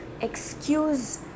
excuse